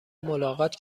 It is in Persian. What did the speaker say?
ملاقات